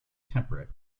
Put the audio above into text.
temperate